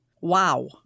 Wow